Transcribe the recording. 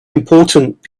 important